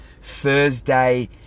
Thursday